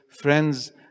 friends